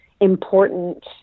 important